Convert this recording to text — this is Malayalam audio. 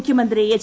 മുഖ്യമന്ത്രി എച്ച്